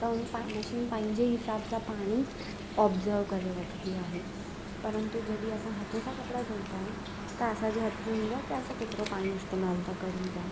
त उहो मशीन पंहिंजे हिसाब सां पाणी ऑब्ज़व करे वठंदी आहे परंतु जॾहिं असां हथ सां कपिड़ा धोईंदा आहियूं त असांजे हथ में हूंदो आहे की असां केतिरो पाणी इस्तेमाल था कयूं पिया